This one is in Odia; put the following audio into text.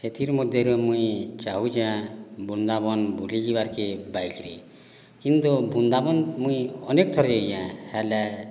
ସେଥିରେ ମଧ୍ୟ ଆଜ୍ଞା ମୁଁ ଚାହୁଁଛି ବୃନ୍ଦାବନ ବୁଲିଯିବାକୁ ବାଇକ୍ରେ କିନ୍ତୁ ବୃନ୍ଦାବନ ମୁଁ ଅନେକ ଥର ଯାଇଛି ହେଲେ